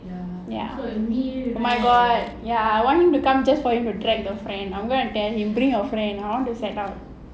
ya my god ya I want him to come just for him to drag the friend and I'm going to tell him bring your friend I want to set up